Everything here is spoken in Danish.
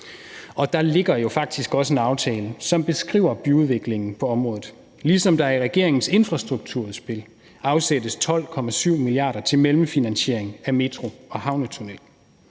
Og der ligger jo faktisk også en aftale, som beskriver byudviklingen på området, ligesom der i regeringens infrastrukturudspil afsættes 12,7 mia. kr. til mellemfinansiering af metro og havnetunnel.